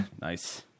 Nice